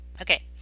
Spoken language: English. Okay